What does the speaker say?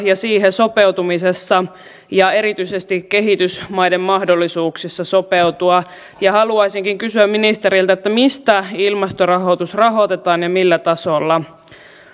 ja siihen sopeutumisessa ja erityisesti kehitysmaiden mahdollisuuksissa sopeutua ja haluaisinkin kysyä ministeriltä mistä ilmastorahoitus rahoitetaan ja millä tasolla